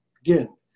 again